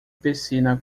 piscina